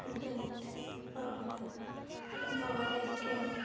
belt ᱦᱚᱨᱚᱜ ᱞᱮᱫᱟ ᱵᱚᱦᱚᱜ ᱨᱮ ᱠᱮᱯ